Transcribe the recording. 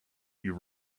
you